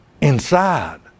inside